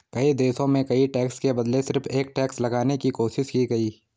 कई देशों में कई टैक्स के बदले सिर्फ एक टैक्स लगाने की कोशिश की गयी